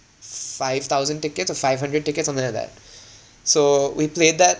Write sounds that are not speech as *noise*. five thousand tickets or five hundred tickets something like that *breath* so we played that